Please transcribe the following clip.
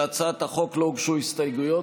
להצעת החוק לא הוגשו הסתייגויות,